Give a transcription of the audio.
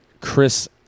Chris